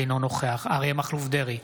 אינו נוכח אריה מכלוף דרעי,